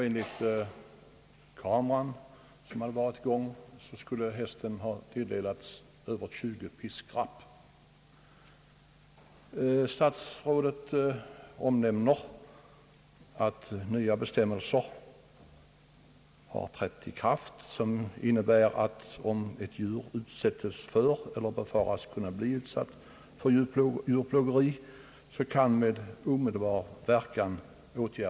Enligt kameran som varit i gång skulle hästen ha tilldelats över 20 piskrapp. Statsrådet omnämnde att nya bestämmelser trätt i kraft, innebärande att om djur utsättes för eller befaras kunna bli utsatt för djurplågeri kan åtgärder vidtas med omedelbar verkan.